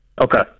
okay